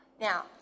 Now